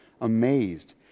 amazed